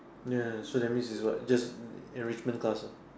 ya so that means is what just enrichment class uh